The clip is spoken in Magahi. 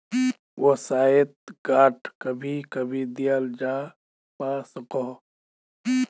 वाय्सायेत ग्रांट कभी कभी दियाल जवा सकोह